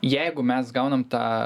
jeigu mes gaunam tą